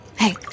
Hey